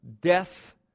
death